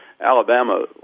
Alabama